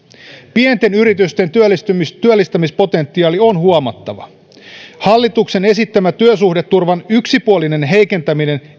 pienten yritysten työllistämispotentiaali on huomattava hallituksen esittämä työsuhdeturvan yksipuolinen heikentäminen